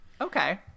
okay